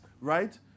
right